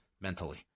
mentally